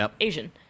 Asian